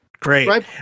Great